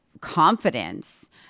confidence